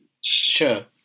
Sure